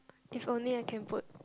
if only I can put